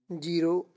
zero